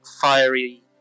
fiery